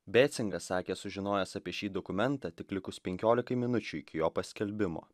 becingas sakė sužinojęs apie šį dokumentą tik likus penkiolikai minučių iki jo paskelbimo